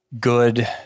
good